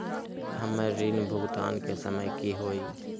हमर ऋण भुगतान के समय कि होई?